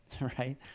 right